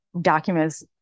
documents